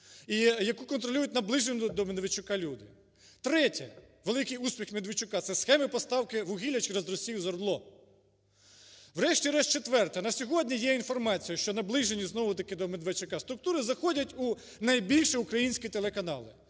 і яку контролюють наближені до Медведчука люди. Третє. Великий успіх Медведчука – це схеми поставки вугілля через Росію з ОРДЛО. Врешті-решт, четверте. На сьогодні є інформація, що наближені знову-таки до Медведчука структури заходять у найбільші українські телеканали.